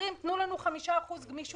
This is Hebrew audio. אומרים: תנו לנו 5% גמישות.